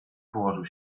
położył